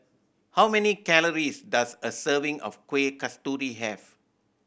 how many calories does a serving of Kueh Kasturi have